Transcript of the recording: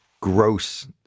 Gross